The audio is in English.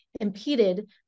impeded